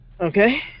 Okay